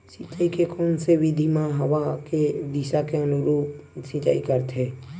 सिंचाई के कोन से विधि म हवा के दिशा के अनुरूप सिंचाई करथे?